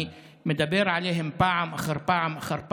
אני מדבר עליהם פעם אחר פעם אחר פעם,